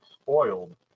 spoiled